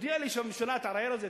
תודיע לי שהממשלה תערער על זה,